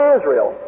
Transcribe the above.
Israel